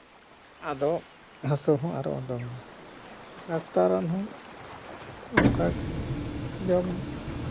ᱟᱫᱚ ᱦᱟᱹᱥᱩ ᱦᱚᱸ ᱟᱨᱚ ᱩᱰᱩᱠᱮᱱᱟ ᱱᱮᱛᱟᱨ ᱨᱮᱱ ᱦᱚᱸ ᱚᱱᱠᱟᱜᱮ ᱡᱚᱢ